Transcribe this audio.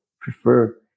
prefer